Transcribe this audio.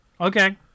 Okay